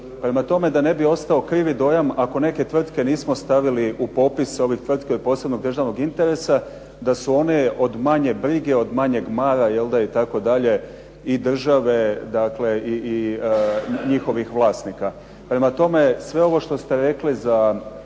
Prema tome, da ne bi ostao krivi dojam ako neke tvrtke nismo stavili u popis ovih tvrtki od posebnog državnog interesa da su one od manje brige, od manjeg mara itd. i države dakle i njihovih vlasnika. Prema tome, sve ovo što ste rekli za